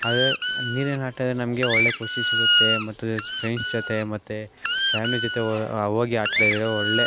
ಅದು ನೀರಿನಲ್ಲಿ ಆಟ ಆಡಿದ್ರೆ ನಮಗೆ ಒಳ್ಳೆಯ ಖುಷಿ ಸಿಗುತ್ತೆ ಮತ್ತು ಫ್ರೆಂಡ್ಸ್ ಜೊತೆ ಮತ್ತೆ ಫ್ಯಾಮಿಲಿ ಜೊತೆ ಹೋಗಿ ಆಟ ಆಡಿದ್ರೆ ಒಳ್ಳೆಯ